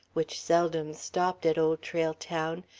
which seldom stopped at old trail town,